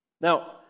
Now